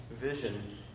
vision